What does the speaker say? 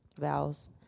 vowels